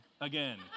again